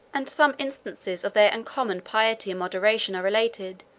and some instances of their uncommon piety and moderation are related,